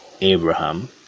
Abraham